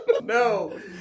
No